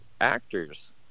actors